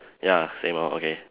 ya same lor okay